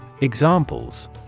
Examples